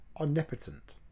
omnipotent